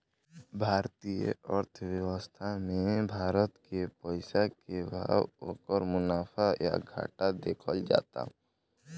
भारतीय अर्थव्यवस्था मे भारत के पइसा के भाव, ओकर मुनाफा या घाटा देखल जाता